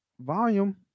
volume